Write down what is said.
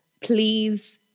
Please